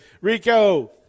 Rico